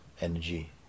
energy